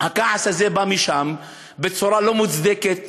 הכעס הזה בא משם בצורה לא מוצדקת,